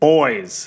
Boys